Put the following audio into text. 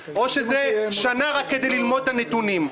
או שזה שנה רק כדי ללמוד את הנתונים?